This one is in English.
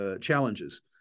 challenges